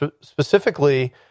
Specifically